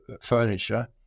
furniture